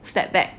step back